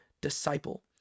disciple